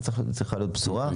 זו צריכה להיות הבשורה.